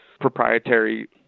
proprietary